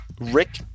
Rick